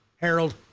Harold